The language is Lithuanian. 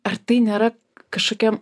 ar tai nėra kažkokia